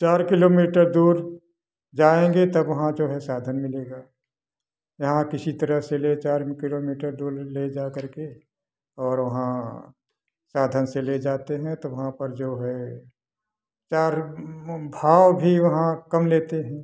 चार किलोमीटर दूर जाएंगे तब वहाँ जो है साधन मिलेगा यहाँ किसी तरह से ले चार किलोमीटर दूर ले जा करके और वहाँ साधन से ले जाते हैं तो वहाँ पर जो है चार भाव भी वहाँ कम लेते हैं